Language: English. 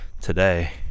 today